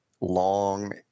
long